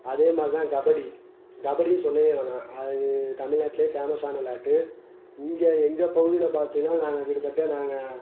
அதே மாதிரி தாங்க கபடி கபடியும் சொல்லவே வேணாம் அது தமிழ்நாட்லையே ஃபேமஸானா விளையாட்டு இங்கே எங்கள் பகுதியில் பார்த்திங்கன்னா நாங்கள் கிட்டத்தட்ட நாங்கள்